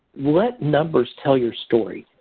let numbers tell your story.